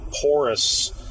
porous